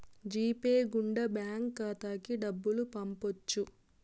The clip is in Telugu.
జీ పే గుండా బ్యాంక్ ఖాతాకి డబ్బులు పంపొచ్చు